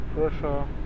Pressure